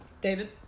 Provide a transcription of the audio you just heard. David